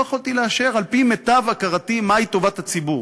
וחלק מהסעיפים לא יכולתי לאשר על-פי מיטב הכרתי מהי טובת הציבור.